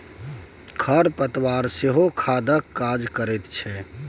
खर पतवार सेहो खादक काज करैत छै